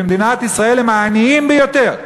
במדינת ישראל הם העניים ביותר,